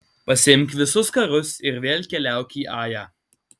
pasiimk visus karius ir vėl keliauk į ają